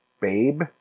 babe